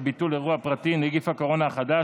ביטול אירוע פרטי (נגיף הקורונה החדש),